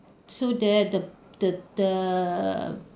so the the the the